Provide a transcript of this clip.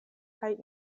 kaj